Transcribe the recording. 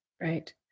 Right